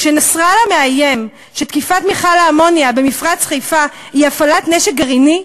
כשנסראללה מאיים שתקיפת מכל האמוניה במפרץ חיפה היא הפעלת נשק גרעיני,